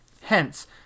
Hence